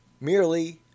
merely